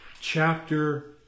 chapter